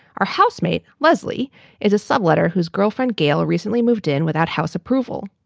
our housemate. leslie is a subletter whose girlfriend gail recently moved in without house approval.